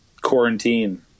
Quarantine